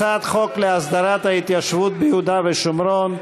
הצעת חוק להסדרת ההתיישבות ביהודה והשומרון,